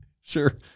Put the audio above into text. Sure